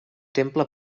temple